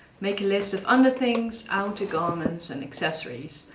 make a list of underthings, outer garments and accessories,